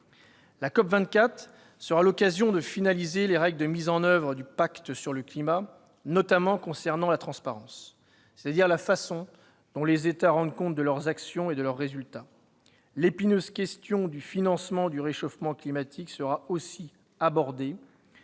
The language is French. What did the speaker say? La COP24 sera l'occasion de finaliser les règles de mise en oeuvre du pacte sur le climat, notamment concernant la transparence, c'est-à-dire la façon dont les États rendent compte de leurs actions et de leurs résultats. L'épineuse question du financement du réchauffement climatique sera également abordée.